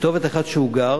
כתובת אחת שהוא גר